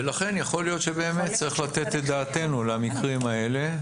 ולכן יכול להיות שבאמת צריך לתת את דעתנו למקרים האלה.